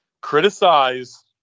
Criticize